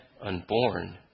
unborn